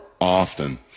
often